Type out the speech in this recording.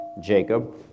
Jacob